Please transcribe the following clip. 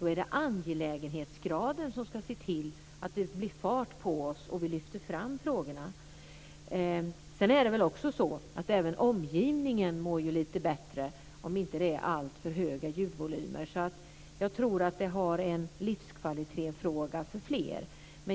är det angelägenhetsgraden som ska se till att det blir fart på oss, så att vi lyfter fram frågorna. Även omgivningen mår ju lite bättre om inte ljudnivåerna är alltför höga. Jag tror alltså att detta är en livskvalitetsfråga för fler.